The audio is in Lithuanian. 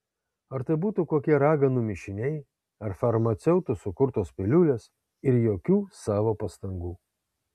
ar tai būtų kokie raganų mišiniai ar farmaceutų sukurtos piliulės ir jokių savo pastangų